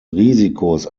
risikos